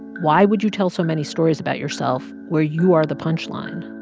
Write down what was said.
why would you tell so many stories about yourself where you are the punch line?